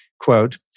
quote